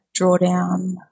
drawdown